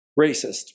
Racist